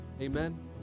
Amen